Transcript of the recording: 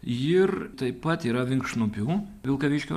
ir taip pat yra vinkšnupių vilkaviškio